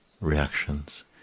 reactions